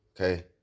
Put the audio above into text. okay